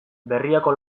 berriako